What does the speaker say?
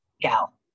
gal